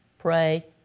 Pray